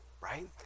right